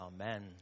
Amen